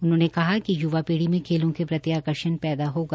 उन्होंने कहा कि युवा पीढ़ी में खेलों के प्रति आकर्षण पैदा होगा